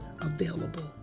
available